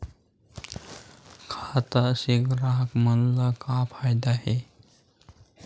खाता से ग्राहक मन ला का फ़ायदा हे?